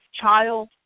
child